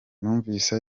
numvise